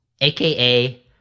aka